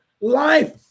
life